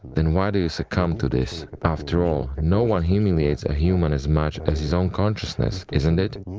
then why do you succumb to this! after all, no one humiliates a human as much as his own consciousness. isn't it?